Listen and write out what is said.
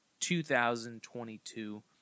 2022